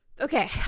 okay